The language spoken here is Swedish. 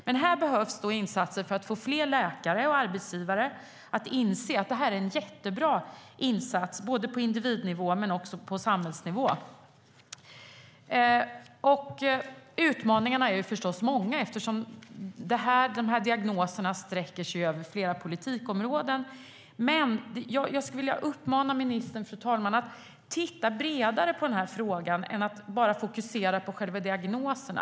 Men det behövs insatser för att fler läkare och arbetsgivare ska inse att det är en jättebra insats, på individnivå men också på samhällsnivå. Utmaningarna är förstås många eftersom de här diagnoserna sträcker sig över flera politikområden. Men jag skulle vilja uppmana ministern att titta bredare på frågan än att bara fokusera på själva diagnoserna.